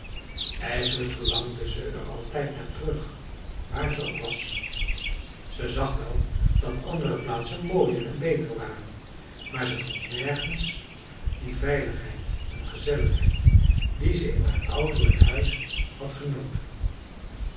eigenlijk verlangde ze er altijd naar terug waar ze ook was ze zag wel dat andere plaatsen mooier en beter waren maar ze vond nergens die veiligheid en gezelligheid die ze in haar ouderlijk huis had genoten